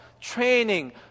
training